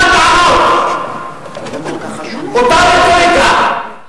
למה את אותן טענות, אותה רטוריקה.